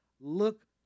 Look